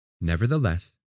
nevertheless